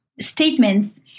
statements